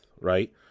right